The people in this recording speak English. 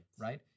right